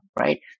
right